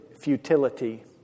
futility